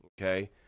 Okay